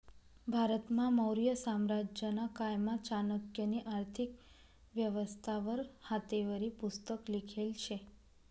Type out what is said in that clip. भारतमा मौर्य साम्राज्यना कायमा चाणक्यनी आर्थिक व्यवस्था वर हातेवरी पुस्तक लिखेल शे